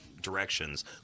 directions